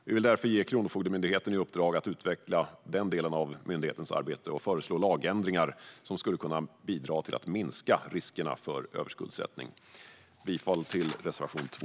Vi vill därför ge Kronofogdemyndigheten i uppdrag att utveckla den delen av myndighetens arbete och föreslå lagändringar som skulle kunna bidra till att minska riskerna för överskuldsättning. Jag yrkar bifall till reservation 2.